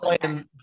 playing